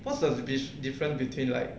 what's the diff~ difference between like